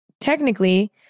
technically